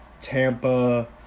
Tampa